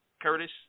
Curtis